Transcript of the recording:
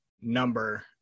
number